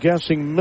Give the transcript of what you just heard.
Guessing